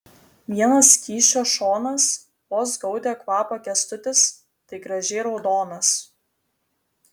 vienas kyšio šonas vos gaudė kvapą kęstutis tai gražiai raudonas